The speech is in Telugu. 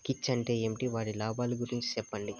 కీచ్ అంటే ఏమి? వాటి లాభాలు గురించి సెప్పండి?